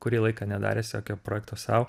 kurį laiką nedaręs jokio projekto sau